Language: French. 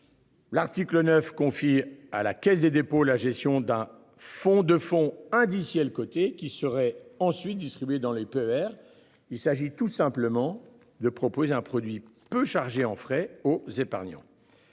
L'article 9 confie à la Caisse des dépôts, la gestion d'un fonds de fonds indiciels côtés qui seraient ensuite distribués dans les PER. Il s'agit tout simplement de proposer un produit peu chargé en frais aux épargnants.